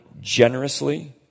generously